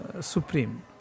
Supreme